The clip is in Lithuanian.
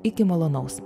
iki malonaus